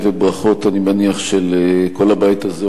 וברכות של כל הבית הזה,